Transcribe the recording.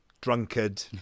drunkard